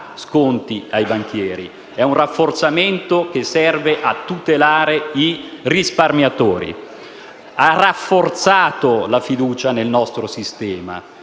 sconti ai banchieri) è volto ad un rafforzamento che serve a tutelare i risparmiatori. Ha rafforzato la fiducia nel nostro sistema.